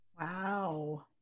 Wow